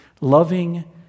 Loving